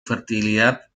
fertilidad